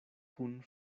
kun